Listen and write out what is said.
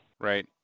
Right